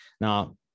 Now